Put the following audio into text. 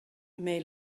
may